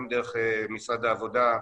גם דרך משרד העבודה,